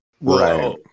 Right